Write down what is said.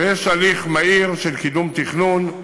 ויש הליך מהיר של קידום תכנון,